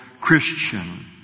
Christian